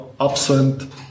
absent